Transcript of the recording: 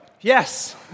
yes